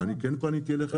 אני כן פניתי אליכם.